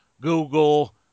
Google